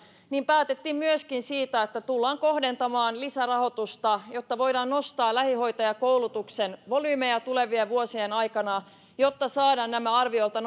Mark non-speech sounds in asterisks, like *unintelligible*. päätettiin myöskin siitä että tullaan kohdentamaan lisärahoitusta jotta voidaan nostaa lähihoitajakoulutuksen volyymeja tulevien vuosien aikana jotta saadaan nämä arviolta *unintelligible*